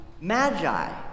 magi